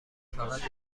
فقط